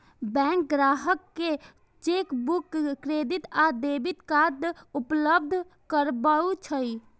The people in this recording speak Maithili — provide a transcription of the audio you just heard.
बैंक ग्राहक कें चेकबुक, क्रेडिट आ डेबिट कार्ड उपलब्ध करबै छै